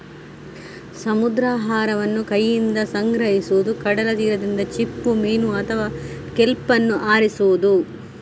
ಸಮುದ್ರಾಹಾರವನ್ನು ಕೈಯಿಂದ ಸಂಗ್ರಹಿಸುವುದು, ಕಡಲ ತೀರದಿಂದ ಚಿಪ್ಪುಮೀನು ಅಥವಾ ಕೆಲ್ಪ್ ಅನ್ನು ಆರಿಸುವುದು